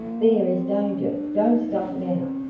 there is danger. don't stop now.